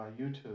YouTube